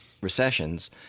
recessions